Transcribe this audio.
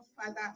father